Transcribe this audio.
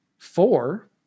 Four